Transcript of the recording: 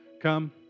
Come